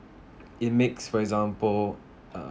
it makes for example uh